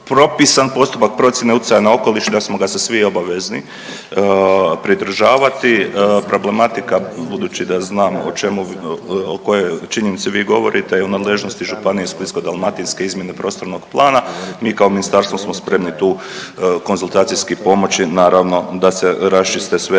propisan postupak procjene utjecaja na okoliš i da smo ga se svi obavezni pridržavati. Problematika budući da znam o čemu, o kojoj činjenici vi govorite i u nadležnosti Županije Splitsko-dalmatinske izmjene prostornog plana, mi kao ministarstvo smo spremni tu konzultacijski pomoći naravno da se raščiste sve